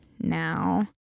now